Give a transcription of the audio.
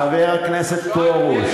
חבר הכנסת פרוש,